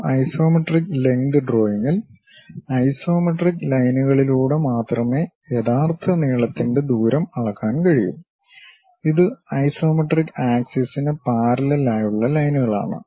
ഒരു isometric length ഡ്രോയിംഗിൽ isometric ലൈൻകളിലൂടെ മാത്രമേ യഥാർത്ഥ നീളത്തിന്റെ ദൂരം അളക്കാൻ കഴിയൂ അത് ഐസോമെട്രിക് ആക്സിസിന് പാരല്ലെൽ ആയുള്ള ലൈനുകൾ ആണ്